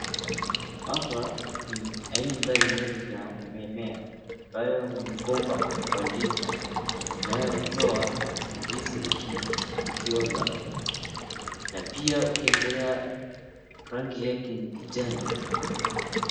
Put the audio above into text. Hapa ni aina mbalimbali za mimea ambayo ni mgomba wa ndizi inayotoa ndizi ikioza, na pia ukiangalia rangi yake ni kijani.